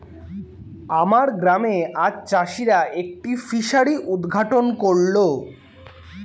আমার গ্রামে আজ চাষিরা একটি ফিসারি উদ্ঘাটন করল